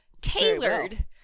tailored